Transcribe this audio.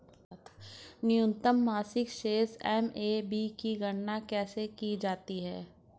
न्यूनतम मासिक शेष एम.ए.बी की गणना कैसे की जाती है?